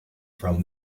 from